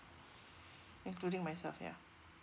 including myself ya